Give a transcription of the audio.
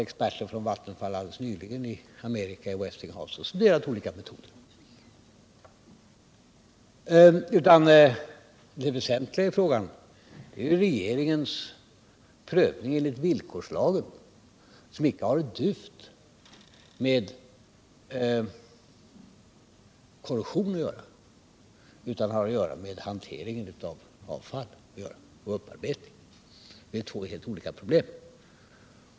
Experter från Vattenfall har alldeles nyligen hos Westinghouse i Amerika studerat olika metoder. Det väsentliga i frågan är ju regeringens prövning enligt villkorslagen, som icke har ett dyft med korrosion att göra utan har att göra med hanteringen av avfall och upparbetning. Det är två helt olika problem.